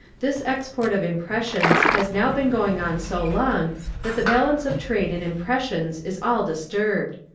this export of impressions has now been going on so long that the balance of trade in impressions is all disturbed.